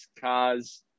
cars